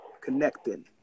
Connecting